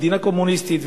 מדינה קומוניסטית,